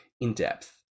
in-depth